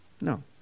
No